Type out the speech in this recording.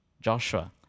Joshua